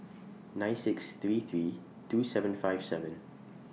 nine six three three two seven five seven